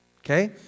Okay